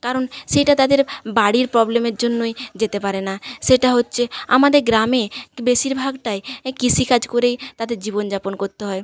কারণ সেইটা তাদের বাড়ির প্রবলেমের জন্যই যেতে পারে না সেটা হচ্ছে আমাদের গ্রামে বেশিরভাগটাই কৃষিকাজ করেই তাদের জীবন যাপন করতে হয়